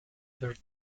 third